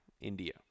India